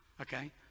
Okay